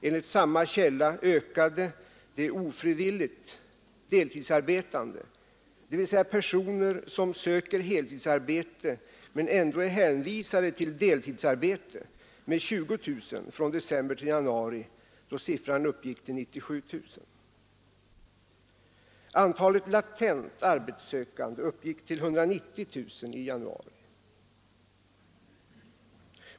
Enligt samma källa ökade de ofrivilligt deltidsarbetande, dvs. personer som söker heltidsarbete men ändå är hänvisade till deltidsarbete, med 20000 från december till januari, då siffran uppgick till 97 000. Antalet latenta arbetssökande uppgick till 190 000 i januari.